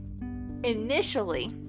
initially